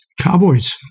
Cowboys